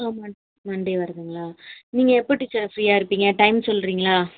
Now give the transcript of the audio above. ஆ மண் மண்டே வரணுங்களா நீங்கள் எப்போ டீச்சர் ஃப்ரீயாக இருப்பீங்க டைம் சொல்லுறீங்களா